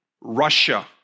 Russia